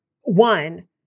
one